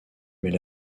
mais